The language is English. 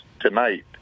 tonight